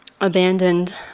abandoned